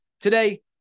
Today